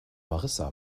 marissa